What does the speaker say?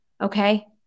Okay